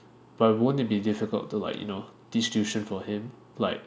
but won't it be difficult to like you know teach tuition for him like